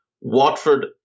Watford